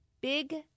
big